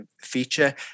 feature